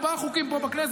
ארבעה חוקים יעברו פה בכנסת,